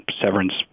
severance